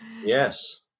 Yes